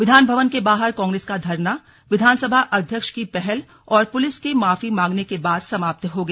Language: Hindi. विधानभवन के बाहर कांग्रेस का धरना विधानसभा अध्यक्ष की पहल और पुलिस के माफी मांगने के बाद समाप्त हो गया